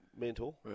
Mental